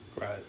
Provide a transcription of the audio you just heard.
Right